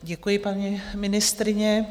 Děkuji, paní ministryně.